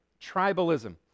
Tribalism